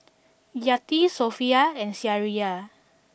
Yati Sofea and Syirah